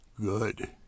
Good